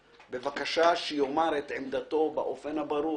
בבקשה, שיאמר את דעתו באופן הברור.